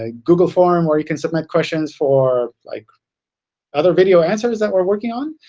ah google forum where you can submit questions for like other video answers that we're working on.